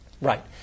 Right